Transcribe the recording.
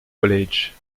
college